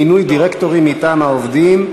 מינוי דירקטורים מטעם העובדים),